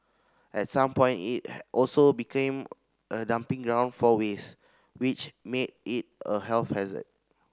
at some point it also became a dumping ground for waste which made it a health hazard